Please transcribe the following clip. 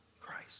Christ